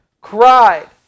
cried